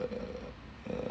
a a